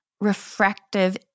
refractive